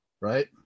right